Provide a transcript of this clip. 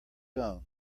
own